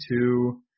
two